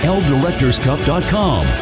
ldirectorscup.com